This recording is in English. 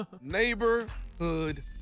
Neighborhood